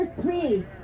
three